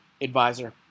advisor